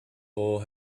hole